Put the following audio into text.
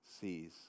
sees